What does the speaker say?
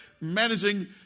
managing